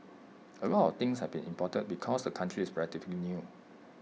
A lot of things have be imported because the country is relatively new